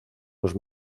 los